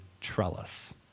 trellis